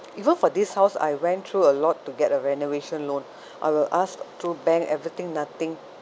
even for this house I went through a lot to get a renovation loan I will ask through bank everything nothing